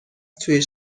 توی